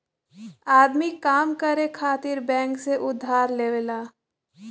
आदमी काम करे खातिर बैंक से उधार लेवला